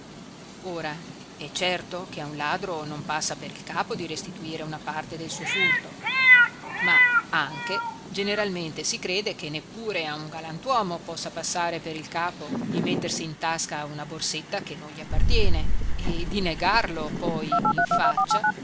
ora è certo che a un ladro non passa per il capo di restituire una parte del suo furto ma anche generalmente si crede che neppure a un galantuomo possa passare per il capo di mettersi in tasca una borsetta che non gli appartiene e di negarlo poi in faccia